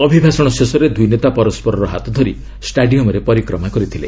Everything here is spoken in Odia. ଅଭିଭାଷଣ ଶେଷରେ ଦ୍ରଇନେତା ପରସ୍କରର ହାତ ଧରି ଷ୍ଟାଡିୟମରେ ପରିକ୍ରମା କରିଥିଲେ